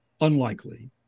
unlikely